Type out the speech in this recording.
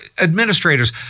administrators